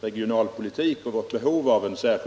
regionalpolitik och vårt behov av en sådan.